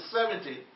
Seventy